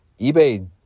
eBay